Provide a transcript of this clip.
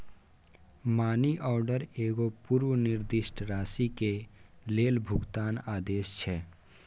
money order एगो पूर्व निर्दिष्ट राशि के लेल भुगतान आदेश छै